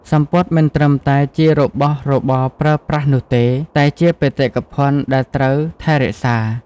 សំពត់មិនត្រឹមតែជារបស់របរប្រើប្រាស់នោះទេ តែជាបេតិកភណ្ឌដែលត្រូវថែរក្សា។